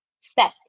step